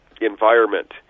environment